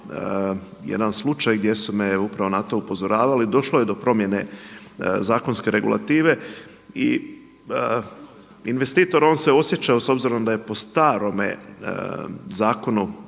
jedan slučaj gdje su me upravo na to upozoravali, došlo je do promjene zakonske regulative i investitor on se osjećao s obzirom da je po starome zakonu